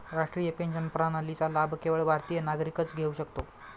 राष्ट्रीय पेन्शन प्रणालीचा लाभ केवळ भारतीय नागरिकच घेऊ शकतो